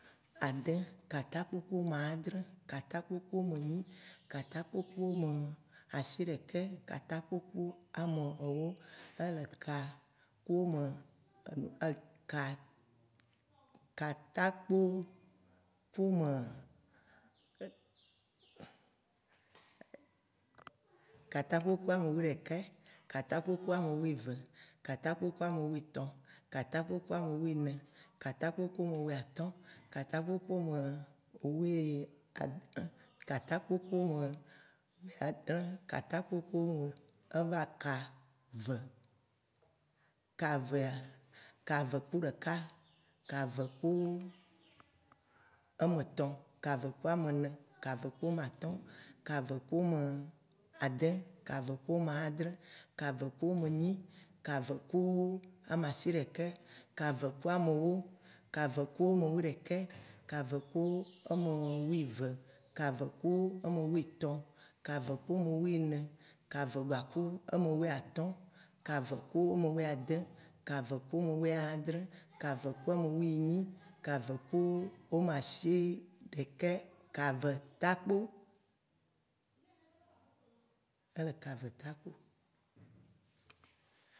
ade, katakpo ku ame ãdrẽ, katakpo ku ame enyi, katakpo ku ame asiɖeke, katakpo ku ame ewo katakpo ku ame wuiɖekɛ, katakpo ku ame wuieve, katakpo ku ame wuietɔ̃, katakpo ku ame wui ene, katakpo ku ame wuiatɔ̃, katakpo ku ame wuiade, katakpo ku ame wuiãdrẽ, katakpo ku ame wui enyi, katatakpo ku ame eva kave. Kave ku ɖeka, kave ku ame etɔ̃, kave ku ame ene, kave ku ame atɔ̃, kave ku ame ade, kave ku ame ãdrẽ, kave ku ame enyi, kave ku ame asiɖeke, kave ku ame ewo. Kave ku ame wuiɖekɛ, kave ku ame wuieve, kave ku ame wuietɔ, kave ku ame wuiene, kave ku ame wuiatɔ̃, kave ku ame wuiade, kave ku ame wuiãdrẽ, kave ku ame wuienyi, kave ku ame wuiasiɖeke, kave takpo, ele kave takpo